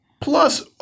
plus